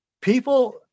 people